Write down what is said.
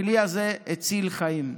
הכלי הזה הציל חיים.